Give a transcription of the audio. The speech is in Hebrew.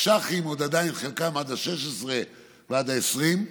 והתקש"חים חלקם עדיין עד 16 ועד 20,